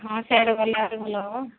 ହଁ ସିଆଡ଼େ ଗଲେ ହେରି ଭଲ ହେବ